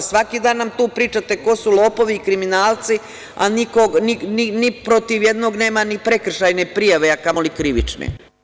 Svaki dan nam tu pričate ko su lopovi i kriminalci, a ni protiv jednog nema ni prekršajne prijave, a kamoli krivične.